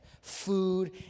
food